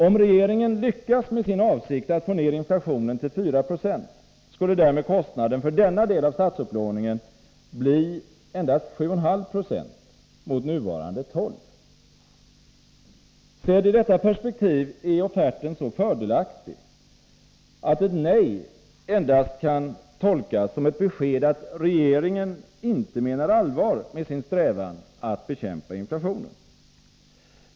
Om regeringen lyckas med sin avsikt att få ner inflationen till 4 90, skulle därmed kostnaden för denna del av statsupplåningen bli endast 7,5 76 mot nuvarande 12. Sedd i detta perspektiv är offerten så fördelaktig, att ett nej endast kan tolkas som ett besked att regeringen inte menar allvar med sin strävan att bekämpa inflationen.